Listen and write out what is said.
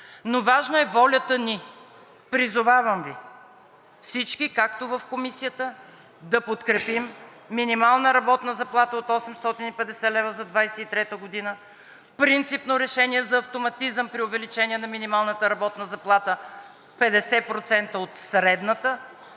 но важна е волята ни. Призовавам Ви всички, както в Комисията, да подкрепим минимална работна заплата от 850 лв. за 2023 г., принципно решение за автоматизъм при увеличение на минималната работна заплата – 50% от средната.